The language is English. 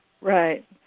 Right